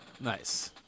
Nice